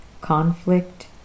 conflict